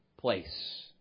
place